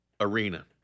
Arena